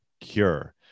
Cure